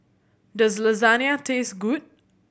does Lasagne taste good